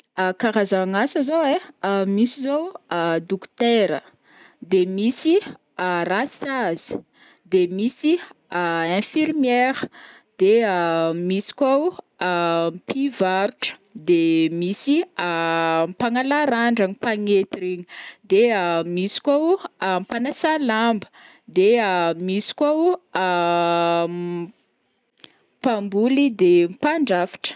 karazagn'asa zao ai, misy zao o dôkotera, de misy rasazy, de misy infirmière, de misy koa o mpivarotro, de misy mpagnala randragna mpagnety regny, de misy koa o mpanasa lamba, de misy koa o mpaboly de mpandrafitra.